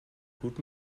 gut